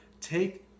take